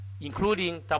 including